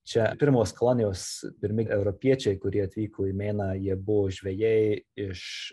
čia pirmos kolonijos pirmi europiečiai kurie atvyko į meiną jie buvo žvejai iš